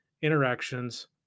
interactions